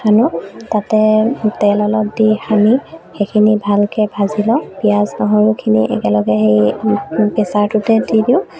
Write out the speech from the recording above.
সানো তাতে তেল অলপ দি সানি সেইখিনি ভালকে ভাজি লওঁ পিঁয়াজ নহৰুখিনি একেলগে সেই প্ৰেছাৰটোতে দি দিওঁ